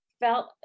felt